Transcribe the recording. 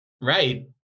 Right